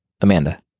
Amanda